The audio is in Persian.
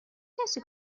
کسی